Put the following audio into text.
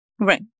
Right